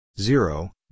zero